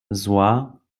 zła